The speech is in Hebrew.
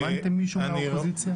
הזמנתם מישהו מהאופוזיציה?